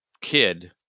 kid